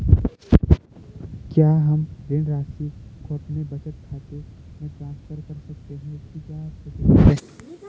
क्या हम ऋण राशि को अपने बचत खाते में ट्रांसफर कर सकते हैं इसकी क्या प्रक्रिया है?